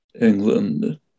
England